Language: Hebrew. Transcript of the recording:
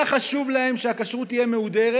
היה חשוב להם שהכשרות תהיה מהודרת,